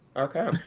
okay.